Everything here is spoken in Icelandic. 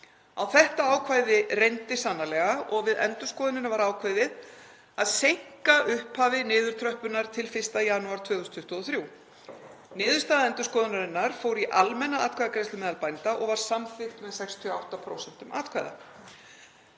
Á þetta ákvæði reyndi sannarlega og við endurskoðunina var ákveðið að seinka upphafi niðurtröppunar til 1. janúar 2023. Niðurstaða endurskoðunarinnar fór í almenna atkvæðagreiðslu meðal bænda og var samþykkt með 68% atkvæða.